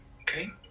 okay